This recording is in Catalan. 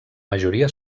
majoria